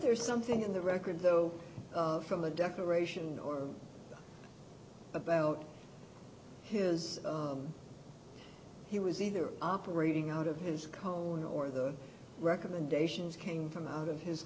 there something in the record though from a decoration or about his he was either operating out of his cone or the recommendations came from out of his